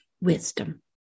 Wisdom